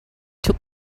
took